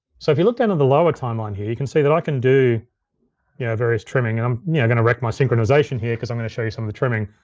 so if you look down to the lower timeline here, you can see that i can do yeah various trimming, and i'm yeah gonna wreck my synchronization here, cause i'm gonna show you some of the trimming.